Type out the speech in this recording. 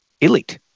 elite